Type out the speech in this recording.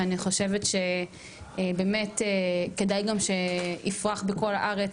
שאני חושבת שבאמת כדאי גם שיפרח בכל הארץ.